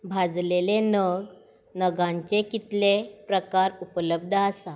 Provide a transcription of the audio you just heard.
भाजलेले नग नगांचे कितले प्रकार उपलब्द आसात